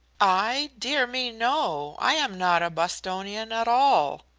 i? dear me no! i am not a bostonian at all.